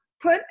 put